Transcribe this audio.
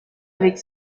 avec